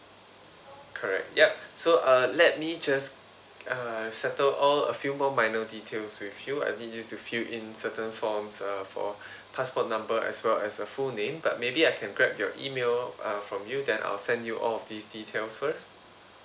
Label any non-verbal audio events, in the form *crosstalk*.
correct yup so uh let me just uh settle all a few more minor details with you I need you to fill in certain forms uh for *breath* passport number as well as uh full name but maybe I can grab your email uh from you then I'll send you all of these details first